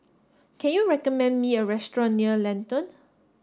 can you recommend me a restaurant near Lentor